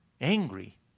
angry